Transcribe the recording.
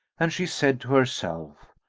and she said to herself,